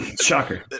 shocker